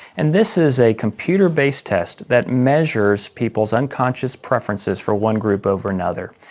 and this is a computer-based test that measures people's unconscious preferences for one group over another.